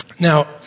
Now